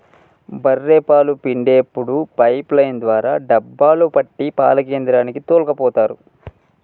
బఱ్ఱె పాలు పిండేప్పుడు పైపు లైన్ ద్వారా డబ్బాలో పట్టి పాల కేంద్రానికి తోల్కపోతరు